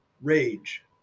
rage